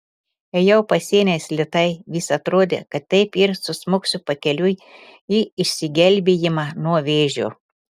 ėjau pasieniais lėtai vis atrodė kad taip ir susmuksiu pakeliui į išsigelbėjimą nuo vėžio